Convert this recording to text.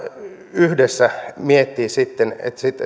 yhdessä miettiä